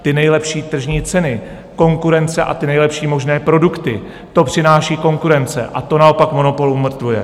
Ty nejlepší tržní ceny, konkurence a ty nejlepší možné produkty, to přináší konkurence a to naopak monopol umrtvuje.